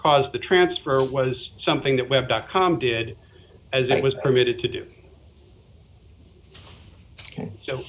caused the transfer was something that web dot com did as it was permitted to do